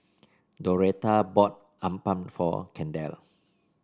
Doretha bought appam for Kendell